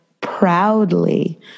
proudly